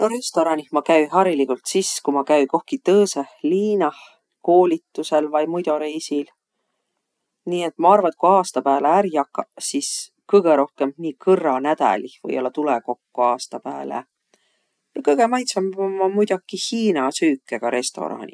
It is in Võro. No restoranih ma käü hariligult sis, ku ma käü kohki tõõsõh liinah koolitusõl vai muido reisil. Nii et ma arva, et ku aasta pääle ärq jakaq, sis kõgõ rohkõmb nii kõrra nädälih või-ollaq tulõ kokko aasta pääle. Ja kõgõ maitsvambaq ommaq muidoki hiina süükega restoraniq.